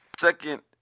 Second